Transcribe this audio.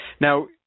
Now –